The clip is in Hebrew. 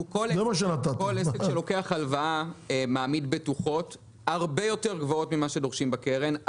כל עסק שלוקח הלוואה מעמיד בטוחות הרבה יותר גבוהות ממה שדורשים בקרן.